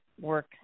work